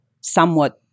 somewhat